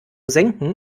senken